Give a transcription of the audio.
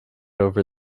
over